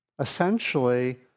essentially